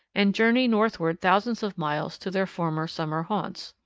and journey northward thousands of miles to their former summer haunts.